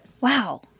Wow